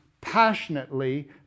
passionately